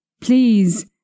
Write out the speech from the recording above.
Please